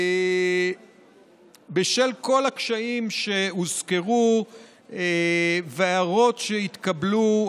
בשל כל הקשיים שהוזכרו וההערות שהתקבלו,